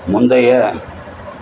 முந்தைய